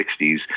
1960s